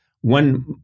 one